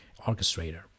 orchestrator